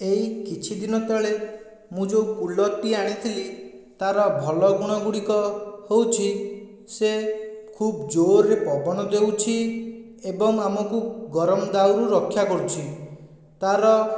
ଏଇ କିଛି ଦିନ ତଳେ ମୁଁ ଯେଉଁ କୁଲର୍ଟି ଆଣିଥିଲି ତାର ଭଲ ଗୁଣ ଗୁଡ଼ିକ ହେଉଛି ସିଏ ଖୁବ ଜୋରରେ ପବନ ଦେଉଛି ଏବଂ ଆମକୁ ଗରମ ଦାଉରୁ ରକ୍ଷା କରୁଛି ତାର